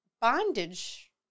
bondage